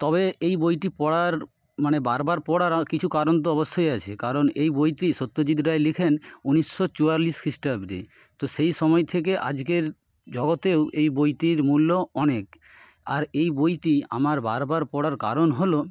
তবে এই বইটি পড়ার মানে বার বার পড়ার কিছু কারণ তো অবশ্যই আছে কারণ এই বইটি সত্যজিৎ রায় লিখেন উনিশশো চুয়াল্লিশ খিস্টাব্দে তো সেই সময় থেকে আজকের জগতেও এই বইটির মূল্য অনেক আর এই বইটি আমার বার বার পড়ার কারণ হল